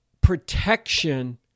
protection